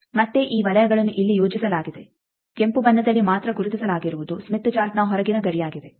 ಮತ್ತೆ ಈ ವಲಯಗಳನ್ನು ಇಲ್ಲಿ ಯೋಜಿಸಲಾಗಿದೆ ಕೆಂಪು ಬಣ್ಣದಲ್ಲಿ ಮಾತ್ರ ಗುರುತಿಸಲಾಗಿರುವುದು ಸ್ಮಿತ್ ಚಾರ್ಟ್ನ ಹೊರಗಿನ ಗಡಿಯಾಗಿದೆ